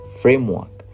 framework